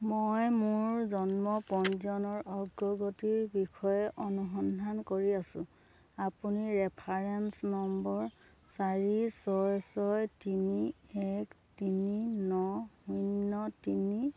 মই মোৰ জন্ম পঞ্জীয়নৰ অগ্ৰগতিৰ বিষয়ে অনুসন্ধান কৰি আছোঁ আপুনি ৰেফাৰেন্স নম্বৰ চাৰি ছয় ছয় তিনি এক তিনি ন শূন্য তিনি